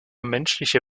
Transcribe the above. menschliche